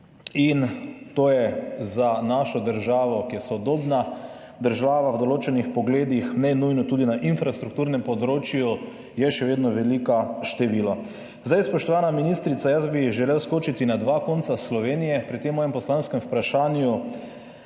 To je za našo državo, ki je sodobna država v določenih pogledih, ne nujno tudi na infrastrukturnem področju, še vedno veliko število. Spoštovana ministrica, jaz bi želel skočiti na dva konca Slovenije pri tem svojem poslanskem vprašanju.